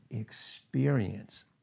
experience